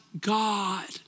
God